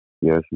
Yes